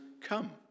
come